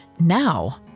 Now